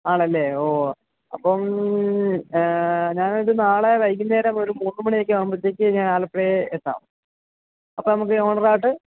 ആണല്ലേ ഓ അപ്പം ഞാനൊരു നാളെ വൈകുന്നേരം ഒരു മൂന്നു മണിയൊക്കെ ആകുമ്പോഴത്തേക്ക് ഞാൻ ആലപ്പുഴയിൽ എത്താം അപ്പം നമുക്ക് ഓണറുമായിട്ട്